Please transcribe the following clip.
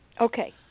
Okay